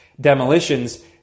demolitions